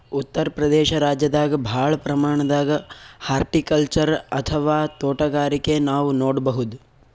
ಉತ್ತರ್ ಪ್ರದೇಶ ರಾಜ್ಯದಾಗ್ ಭಾಳ್ ಪ್ರಮಾಣದಾಗ್ ಹಾರ್ಟಿಕಲ್ಚರ್ ಅಥವಾ ತೋಟಗಾರಿಕೆ ನಾವ್ ನೋಡ್ಬಹುದ್